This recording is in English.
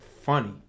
funny